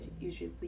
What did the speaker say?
usually